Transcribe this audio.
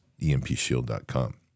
empshield.com